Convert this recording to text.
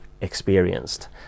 experienced